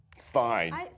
fine